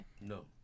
No